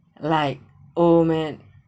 like oh man